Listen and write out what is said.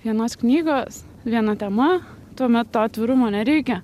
vienos knygos viena tema tuomet to atvirumo nereikia